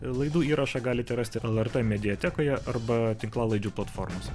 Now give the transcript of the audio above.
laidų įrašą galite rasti lrt mediatekoje arba tinklalaidžių platformose